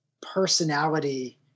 personality